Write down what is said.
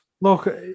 Look